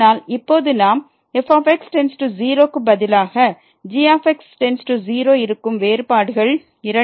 ஆனால் இப்போது நாம் fx→0 க்கு பதிலாக gx→0 இருக்கும் வேறுபாடுகள் இரண்டும் ∞ ஆகிறது